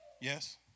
yes